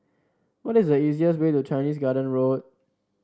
what is the easiest way to Chinese Garden Road